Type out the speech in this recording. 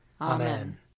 Amen